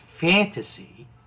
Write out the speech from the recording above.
fantasy